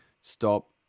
stop